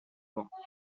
banques